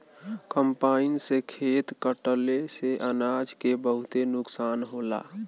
combine से खेत कटले से अनाज के बहुते नुकसान होला